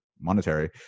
monetary